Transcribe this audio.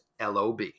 LOB